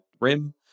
RIM